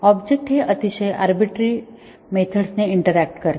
object हे अतिशय arbitrary methods ने इंटरॅक्ट करतात